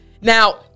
now